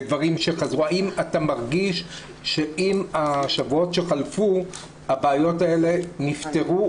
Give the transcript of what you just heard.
האם אתה מרגיש שעם השבועות שחלפו הבעיות האלה נפתרו,